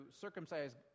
circumcise